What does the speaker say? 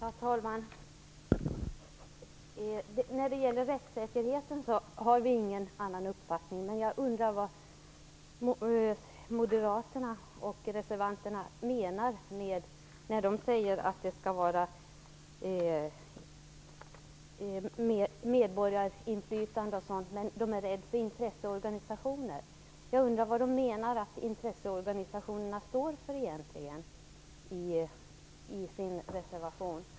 Herr talman! När det gäller rättssäkerheten har vi ingen annan uppfattning. Men jag undrar vad reservanterna menar när de säger att det skall vara medborgarinflytande etc., men att de är rädda för intresseorganisationer. Vad står det här med intresseorganisationer egentligen för?